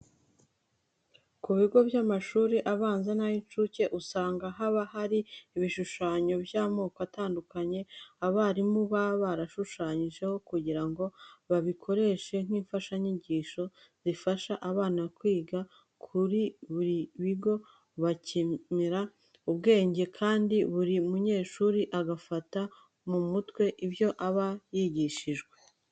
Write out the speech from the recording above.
Ku bigo by'amashuri abanza n'ay'incuke, usanga haba hari ibishushanyo by'amoko atandukanye abarimu baba barashushanyijeho kugira ngo babikoreshe nk'imfashanyigisho, zifasha abana biga kuri bino bigo, bakamenya ubwenge kandi buri munyeshuri agafata mu mutwe ibyo aba yigishijwe.